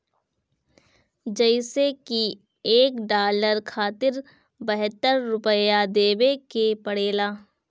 जइसे की एक डालर खातिर बहत्तर रूपया देवे के पड़ेला